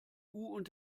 und